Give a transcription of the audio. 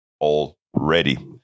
already